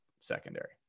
secondary